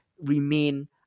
remain